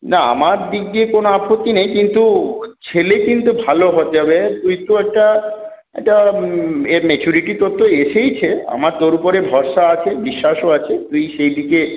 না আমার দিক দিয়ে কোনো আপত্তি নেই কিন্তু ছেলে কিন্তু ভালো হতে হবে তুই তো একটা একটা এ ম্যাচিওরিটি তোর তো এসেইছে আমার তোর উপরে ভরসা আছে বিশ্বাসও আছে তুই সেই দিকে